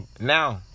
Now